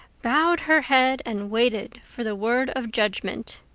bowed her head, and waited for the word of judgment.